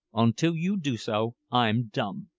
until you do so, i'm dumb.